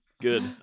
Good